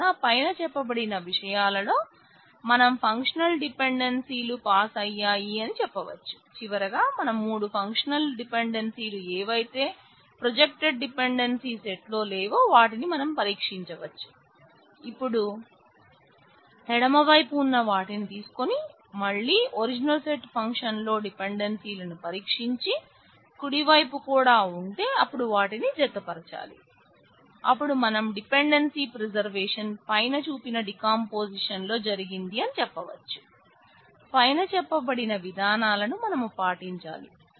కావున పైన చెప్పబడిన విషయాలతో మనం ఫంక్షనల్ డిపెండెన్సీ లో జరిగింది అని చెప్పవచ్చు పైన చెప్పబడిన విధానాలను మనం పాటించాలి